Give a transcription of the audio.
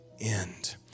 end